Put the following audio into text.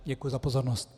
Děkuji za pozornost.